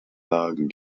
lagen